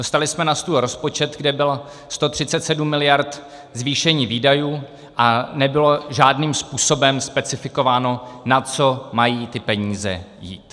Dostali jsme na stůl rozpočet, kde bylo 137 miliard zvýšení výdajů, a nebylo žádným způsobem specifikováno, na co mají ty peníze jít.